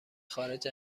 خارج